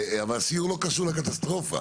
אבל הסיור לא קשור לקטסטרופה.